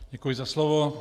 Děkuji za slovo.